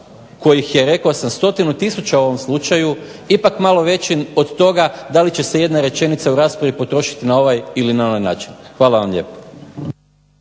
kojih je 100 tisuća u ovom slučaju ipak malo veći od toga da li će se jedna rečenica u raspravi potrošiti na ovaj ili onaj način. Hvala lijepo.